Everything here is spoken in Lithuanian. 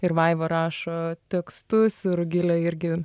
ir vaiva rašo tekstus ir rugilė irgi